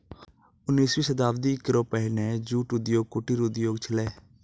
उन्नीसवीं शताब्दी केरो पहिने जूट उद्योग कुटीर उद्योग छेलय